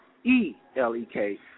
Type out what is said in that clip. E-L-E-K